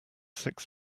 six